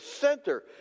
center